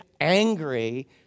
angry